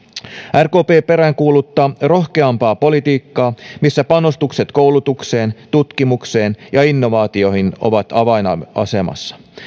rkp peräänkuuluttaa rohkeampaa politiikkaa missä panostukset koulutukseen tutkimukseen ja innovaatioihin ovat avainasemassa